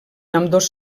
ambdós